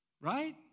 right